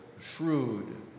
shrewd